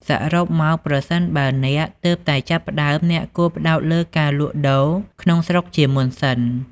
សរុបមក ប្រសិនបើអ្នកទើបតែចាប់ផ្តើម អ្នកគួរផ្តោតលើការលក់ដូរក្នុងស្រុកជាមុនសិន។